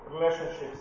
relationships